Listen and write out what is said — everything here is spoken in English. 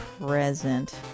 present